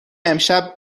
امشب